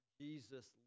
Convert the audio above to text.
Jesus